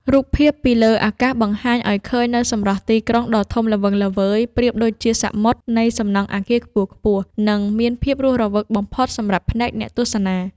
រូបភាពពីលើអាកាសបង្ហាញឱ្យឃើញនូវសម្រស់ទីក្រុងដ៏ធំល្វឹងល្វើយប្រៀបដូចជាសមុទ្រនៃសំណង់អាគារខ្ពស់ៗ និង មានភាពរស់រវើកបំផុតសម្រាប់ភ្នែកអ្នកទស្សនា។